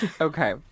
Okay